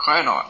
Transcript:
correct or not